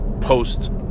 post